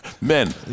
Men